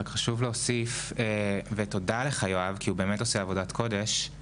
יואב באמת עושה עבודת קודש,